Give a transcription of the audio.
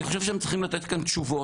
אני חושב שהם צריכים לתת כאן תשובות.